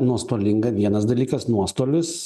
nuostolinga vienas dalykas nuostolius